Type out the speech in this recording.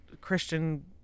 christian